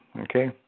Okay